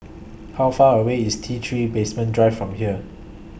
How Far away IS T three Basement Drive from here